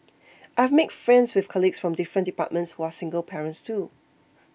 I have made friends with colleagues from different departments who are single parents too